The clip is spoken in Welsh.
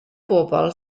bobl